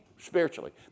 spiritually